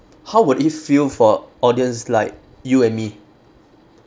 how would it feel for audience like you and me